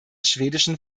schwedischen